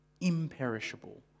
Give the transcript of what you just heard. imperishable